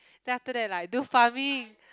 then after that like do farming